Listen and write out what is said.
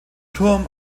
turm